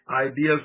Ideas